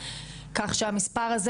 כך שהמספר הזה,